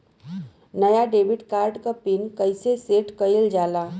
नया debit card क PIN कईसे सेट कईल जाला?